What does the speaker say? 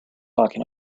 talking